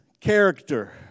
character